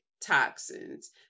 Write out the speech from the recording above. toxins